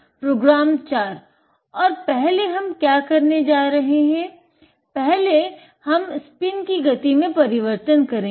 programme 4 और पहले हम हम क्या करने जा रहे हैं हम पहले हम स्पिन कि गति में परिवर्तन करेंगे